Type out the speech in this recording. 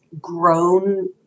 grown